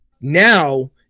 Now